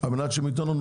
אבל שם זה משהו